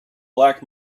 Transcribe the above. black